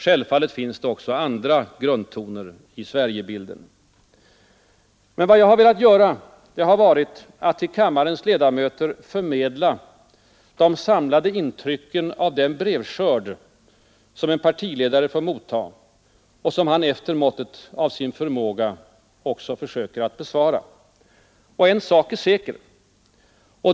Självfallet finns det också andra grundtoner i Svergiebilden. Men vad jag har velat göra har varit att till kammarens ledamöter förmedla de samlade intrycken av den brevskörd, som en partiledare får motta och som han efter måttet av sin förmåga också försöker att besvara. Och en sak är säker.